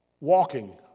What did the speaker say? walking